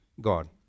God